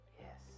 Yes